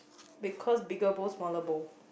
because bigger bowl smaller bowl